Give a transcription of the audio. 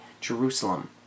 Jerusalem